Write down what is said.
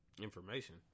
information